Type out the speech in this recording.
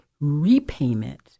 repayment